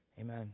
Amen